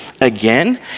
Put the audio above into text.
again